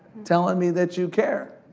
tellin' me that you care.